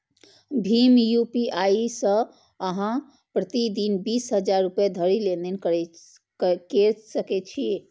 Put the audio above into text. भीम UPI सं अहां प्रति दिन बीस हजार रुपैया धरि लेनदेन कैर सकै छी